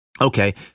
okay